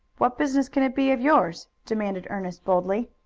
what business can it be of yours? demanded ernest boldly.